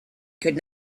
could